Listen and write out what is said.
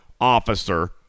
officer